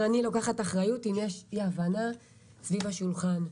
אבל אני לוקחת אחריות, אם יש אי-הבנה סביב השולחן.